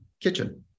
kitchen